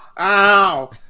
Ow